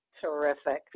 Terrific